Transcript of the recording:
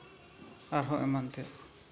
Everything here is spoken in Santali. ᱟᱨᱦᱚᱸ ᱮᱢᱟᱱ ᱛᱮᱭᱟᱜ